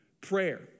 prayer